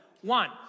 One